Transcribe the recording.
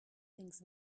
things